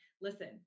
listen